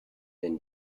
wenn